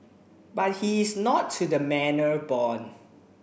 but he is not to the manor born